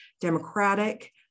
democratic